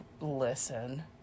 listen